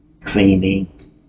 Cleaning